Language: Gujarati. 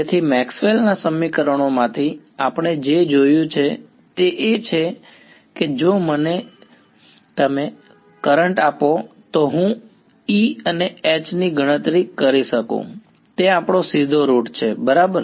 તેથી મેક્સવેલ ના સમીકરણોમાંથી આપણે જે જોયું છે તે એ છે કે જો તમે મને કરંટ આપો તો હું E અને H ની ગણતરી કરી શકું તે આપણો સીધો રૂટ છે બરાબર